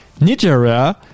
Nigeria